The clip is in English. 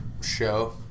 show